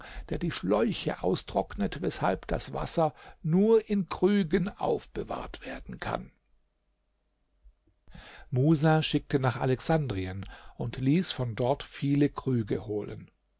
der die schläuche austrocknet weshalb das wasser nur in krügen aufbewahrt werden kann musa schickte nach alexandrien und ließ von dort viele krüge holen